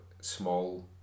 small